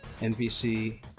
NPC